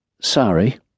Sorry